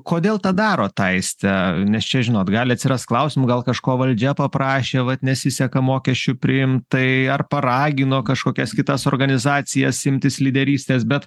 kodėl tą darot aiste nes čia žinot gali atsirast klausimų gal kažko valdžia paprašė vat nesiseka mokesčių priimt tai ar paragino kažkokias kitas organizacijas imtis lyderystės bet